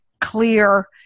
clear